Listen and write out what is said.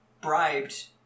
bribed